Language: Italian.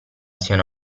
siano